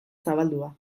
zabalduta